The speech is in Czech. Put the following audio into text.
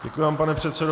Děkuji vám, pane předsedo.